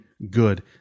good